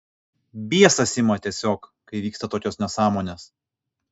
biesas ima tiesiog kai vyksta tokios nesąmonės